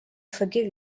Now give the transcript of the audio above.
forgive